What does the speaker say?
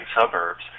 suburbs